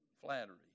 Flattery